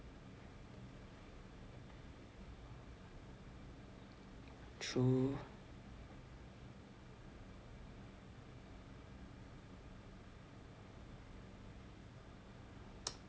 true